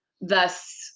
Thus